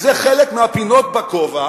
זה חלק מהפינות בכובע